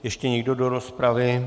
Ještě někdo do rozpravy?